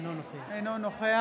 אינו נוכח